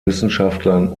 wissenschaftlern